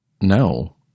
No